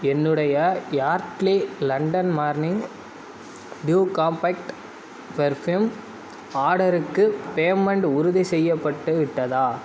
என்னுடைய Yardley London morning dew compact perfume ஆர்டருக்கு payment உறுதி செய்யப்பட்டு விட்டதா